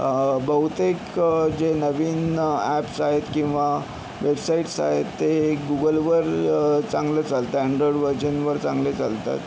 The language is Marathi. बहुतेक जे नवीन ॲप्स आहेत किंवा वेबसाइटस् आहेत ते गूगलवर चांगलं चालतं अँन्ड्रॉईड व्हर्जन वर चांगले चालतात